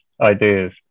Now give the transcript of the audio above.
ideas